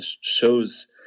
shows